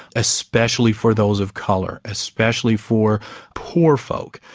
especially for those of colour, especially for poor folk,